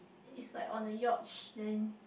it's like on the yacht then